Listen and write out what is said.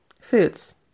foods